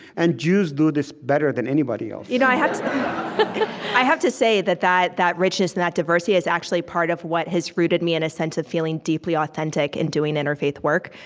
and jews do this better than anybody else you know i i have to say that that that richness and that diversity is actually part of what has rooted me in a sense of feeling deeply authentic in doing interfaith work,